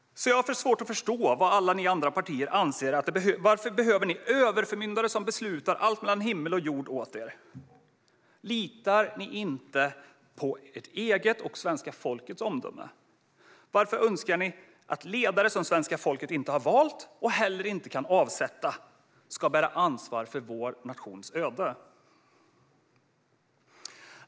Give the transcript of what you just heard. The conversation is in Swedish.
Jag har svårt att förstå varför ni andra partier anser er behöva överförmyndare som beslutar allt mellan himmel och jord åt er. Litar ni inte på ert eget och svenska folkets omdöme? Varför önskar ni att ledare som svenska folket inte har valt och heller inte kan avsätta ska bära ansvar för vår nations öde?